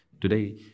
today